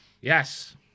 Yes